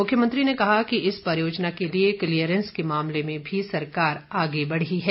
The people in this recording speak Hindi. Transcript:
मुख्यमंत्री ने कहा कि इस परियोजना के लिए क्लीयरेंस के मामले में भी सरकार आगे बढ़ी है